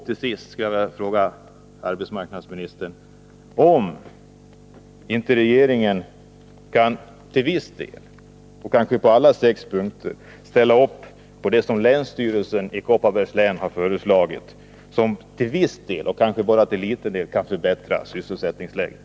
Till sist skulle jag vilja fråga arbetsmarknadsministern om inte regeringen kan — till viss del, kanske på alla sex punkterna — ställa på upp på det som länsstyrelsen i Kopparbergs län har föreslagit, vilket till viss del — och kanske bara till en liten del — kan förbättra sysselsättningsläget.